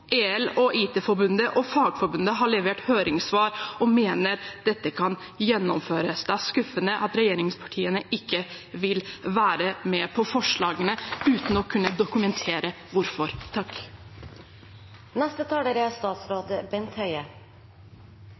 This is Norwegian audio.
EL og IT Forbundet og Fagforbundet har levert høringssvar og mener dette kan gjennomføres. Det er skuffende at regjeringspartiene ikke vil være med på forslagene uten å kunne dokumentere hvorfor.